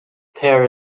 pair